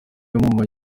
mube